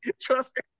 Trust